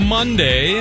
Monday